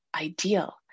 ideal